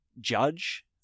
judge